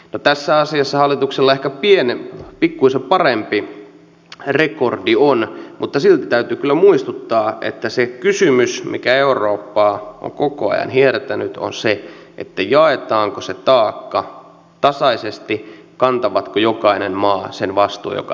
no tässä asiassa hallituksella on ehkä pikkuisen parempi rekordi mutta silti täytyy kyllä muistuttaa että se kysymys mikä eurooppaa on koko ajan hiertänyt on se jaetaanko se taakka tasaisesti kantaako jokainen maa sen vastuun joka sille kuuluu